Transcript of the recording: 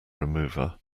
remover